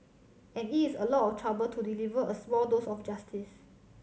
and it is a lot of trouble to deliver a small dose of justice